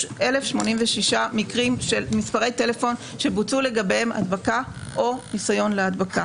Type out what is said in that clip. יש 1,086 מקרים של מספרי טלפון שבוצעו לגביהם הדבקה או ניסיון להדבקה.